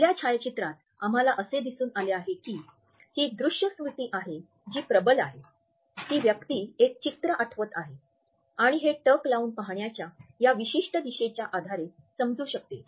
पहिल्या छायाचित्रात आम्हाला असे दिसून आले आहे की ही दृश्य स्मृती आहे जी प्रबल आहे ती व्यक्ती एक चित्र आठवत आहे आणि हे टक लावून पाहण्याच्या या विशिष्ट दिशेच्या आधारे समजू शकते